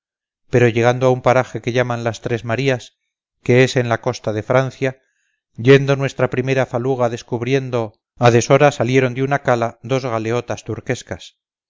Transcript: pero llegando a un paraje que llaman las tres marías que es en la costa de francia yendo nuestra primera faluga descubriendo a deshora salieron de una cala dos galeotas turquescas